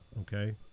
okay